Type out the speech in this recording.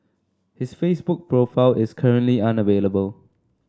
his Facebook profile is currently unavailable